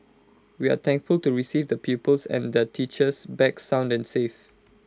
we are thankful to receive the pupils and the teachers back sound and safe